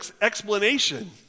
explanation